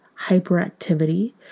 hyperactivity